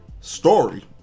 story